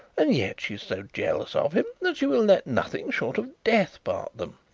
and yet she is so jealous of him that she will let nothing short of death part them.